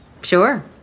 Sure